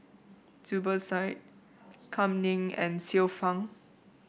Zubir Said Kam Ning and Xiu Fang